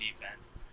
defense